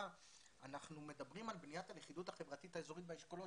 אנחנו מדברים על בניית הלכידות החברתית האזורית באשכולות.